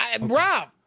Rob